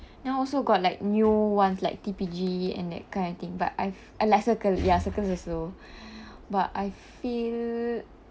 now also got like new ones like T_P_G and that kind of thing but uh like circle ya Circles also but I feel